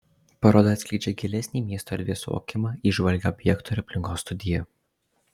paroda atskleidžia gilesnį miesto erdvės suvokimą įžvalgią objekto ir aplinkos studiją